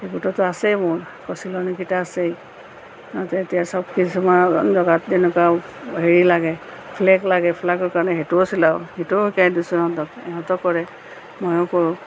আছেই মোৰ আকৌ চিলনি কেইটা আছেই কিছুমানৰ লগত যেনেকুৱা হেৰি লাগে ফ্লেগ লাগে ফ্লেগৰ কাৰণে সেইটোও চিলাওঁ সেইটো শিকাই দিছোঁ ইহঁতক সিহঁতেও কৰে মইয়ো কৰোঁ